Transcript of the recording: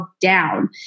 down